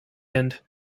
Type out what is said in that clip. and